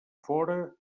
fora